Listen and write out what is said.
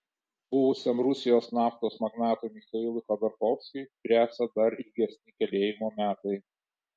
buvusiam rusijos naftos magnatui michailui chodorkovskiui gresia dar ilgesni kalėjimo metai